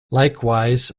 likewise